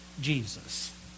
Jesus